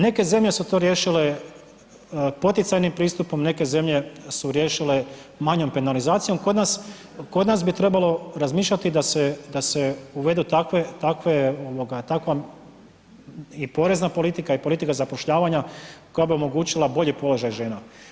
Neke zemlje su to riješile poticajnim pristupom, neke zemlje su riješile manjom penalizacijom, kod nas bi trebalo razmišljati da se uvedu takve, takva i porezna politika i politika zapošljavanja koja bi omogućila bolji položaj žena.